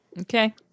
Okay